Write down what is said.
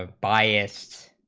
ah biased,